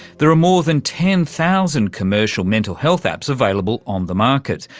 there are more than ten thousand commercial mental health apps available on the market.